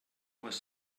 was